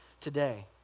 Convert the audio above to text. today